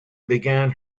began